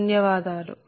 ధన్యవాదాలు